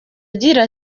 agira